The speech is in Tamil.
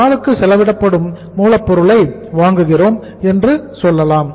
ஒரு நாளுக்கு செலவிடப்படும் மூலப்பொருளை வாங்குகிறோம் என்று சொல்லலாம்